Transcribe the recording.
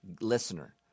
listener